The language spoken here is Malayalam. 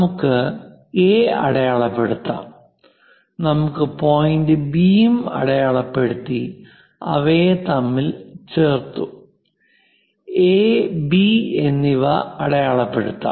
നമുക്ക് A അടയാളപ്പെടുത്താം നമുക്ക് പോയിന്റ് ബി അടയാളപ്പെടുത്തി അവയെ തമ്മിൽ ചേർത്തു എ ബി A B എന്നിവ അടയാളപ്പെടുത്താം